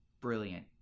brilliant